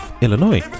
Illinois